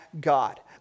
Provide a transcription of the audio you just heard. God